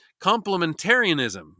complementarianism